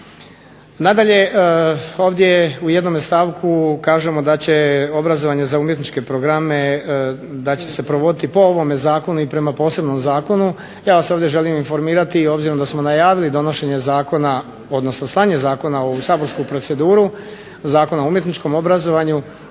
Nadalje, ovdje je u jednom stavku kažemo da će obrazovanje za umjetničke programe da će se provoditi prema ovom zakonu i prema posebnom zakonu. Ja vas želim ovdje informirati obzirom da smo najavili donošenje odnosno slanje zakona u saborsku proceduru Zakona o umjetničkom obrazovanju,